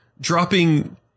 dropping